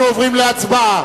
אנחנו עוברים להצבעה